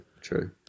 true